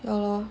ya lor